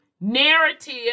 narrative